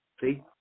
See